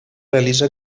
realitza